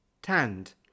Tanned